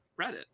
Reddit